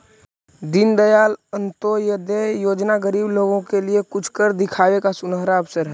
दीनदयाल अंत्योदय योजना गरीब लोगों के लिए कुछ कर दिखावे का सुनहरा अवसर हई